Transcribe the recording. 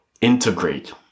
Integrate